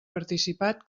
participat